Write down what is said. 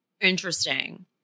Interesting